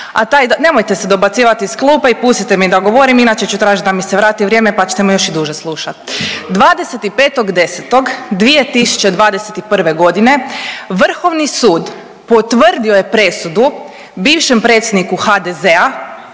INA. Nemojte se dobacivati iz klupe i pustite mi da govorim, inače ću tražiti da mi se vrati vrijeme pa ćete me još i duže slušat. 25.10.2021.g. Vrhovni sud potvrdio je presudu bivšem predsjedniku HDZ-a,